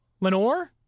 Lenore